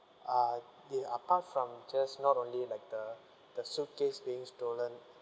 ah the apart from just not only like the the suitcase being stolen